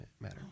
matter